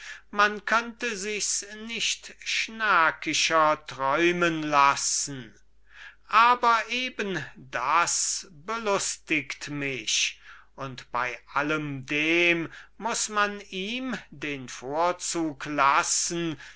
man könnte sichs nicht schnakischer träumen lassen aber eben das belustiget mich und bei alle dem muß man ihm den vorzug lassen